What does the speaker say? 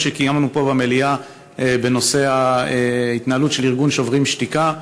שקיימנו פה במליאה בנושא ההתנהלות של ארגון "שוברים שתיקה".